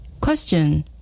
Question